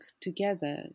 together